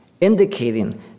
indicating